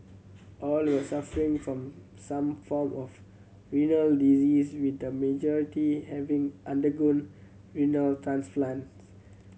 all were suffering from some form of renal disease with the majority having undergone renal transplants